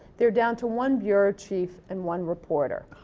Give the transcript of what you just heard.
they're down to one bureau chief and one reporter.